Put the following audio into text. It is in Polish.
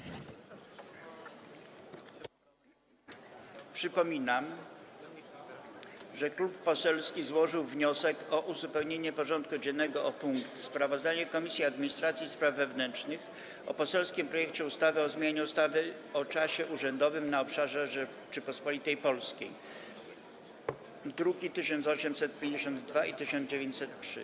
Przypominam, że klub poselski złożył wniosek o uzupełnienie porządku dziennego o punkt: Sprawozdanie Komisji Administracji i Spraw Wewnętrznych o poselskim projekcie ustawy o zmianie ustawy o czasie urzędowym na obszarze Rzeczypospolitej Polskiej, druki nr 1852 i 1903.